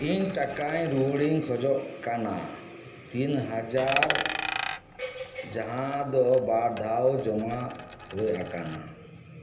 ᱤᱧ ᱴᱟᱠᱟᱧ ᱨᱩᱣᱟᱹᱲᱤᱧ ᱠᱷᱚᱡᱚᱜ ᱠᱟᱱᱟ ᱛᱤᱱ ᱦᱟᱡᱟᱨ ᱡᱟᱦᱟᱸ ᱫᱚ ᱵᱟᱨ ᱫᱷᱟᱣ ᱡᱚᱢᱟ ᱦᱩᱭ ᱟᱠᱟᱱᱟ